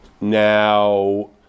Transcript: Now